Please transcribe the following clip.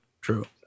True